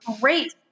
Great